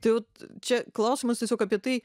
tai vat čia klausimas tiesiog apie tai